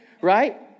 right